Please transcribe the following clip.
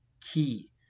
key